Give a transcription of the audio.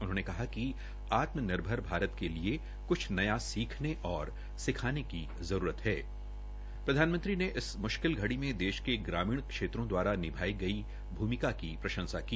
उन्होंने े कहा कि आत्म निर्भर भारत के लिए कुछ नया सीखने और सिखाने की जरूरत है प्रधानमंत्री ने इस मुश्किल घड़ी में देश के ग्रामीण क्षेत्रों द्वारा निभाई गई भूमिका की प्रशंसा की